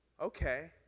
Okay